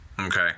Okay